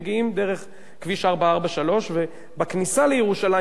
מגיעים דרך כביש 443. בכניסה לירושלים,